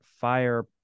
fire